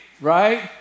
right